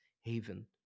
haven